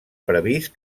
previst